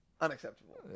Unacceptable